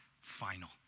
final